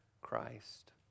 Christ